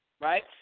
right